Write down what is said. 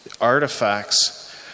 Artifacts